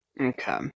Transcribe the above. Okay